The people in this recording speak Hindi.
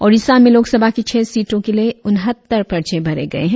ओडिसा में लोकसभा की छह सीटों के लिए उनहत्तर पर्चे भरे गए है